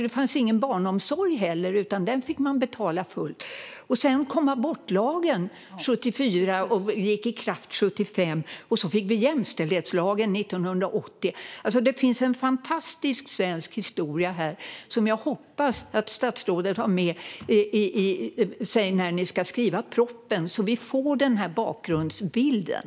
Det fanns ingen barnomsorg heller, utan den fick man betala fullt för. Sedan kom abortlagen 1974 och trädde i kraft 1975, och så fick vi jämställdhetslagen 1980. Det finns en fantastisk svensk historia här som jag hoppas att statsrådet har med sig när ni ska skriva propositionen, så att vi får den här bakgrundsbilden.